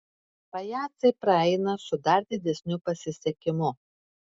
pajacai praeina su dar didesniu pasisekimu